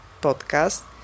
podcast